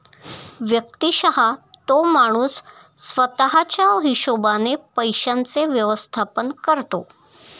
व्यक्तिशः तो माणूस स्वतः च्या हिशोबाने पैशांचे व्यवस्थापन करतो